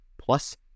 Plus